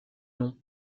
nom